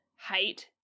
height